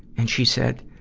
and she said,